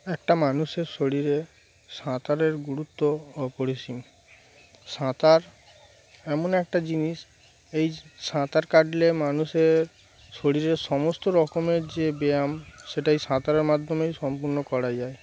একটা মানুষের শরীরে সাঁতারের গুরুত্ব অপরিসীম সাঁতার এমন একটা জিনিস এই সাঁতার কাটলে মানুষের শরীরের সমস্ত রকমের যে ব্যায়াম সেটাই সাঁতারের মাধ্যমেই সম্পূর্ণ করা যায়